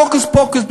הוקוס-פוקוס,